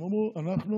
הם אמרו: אנחנו